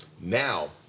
Now